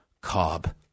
Cobb